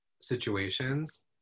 situations